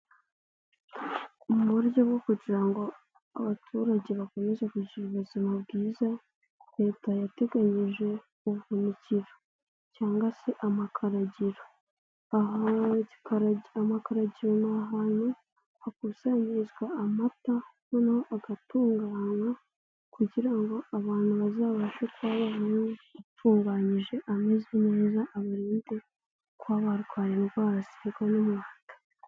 Mu buryo bwo kugira ngo abaturage bakomeze kugira ubuzima bwiza leta yateganyije ubuhunikiro cyangwa se amakaragiro amakaragiro ni ahantu hakusanyirizwa amata noneho agatunganywa kugira ngo abantu bazabashe kuba bayanywa atunganyije ameze neza abarinde kuba barwara indwara ziterwa n'amata.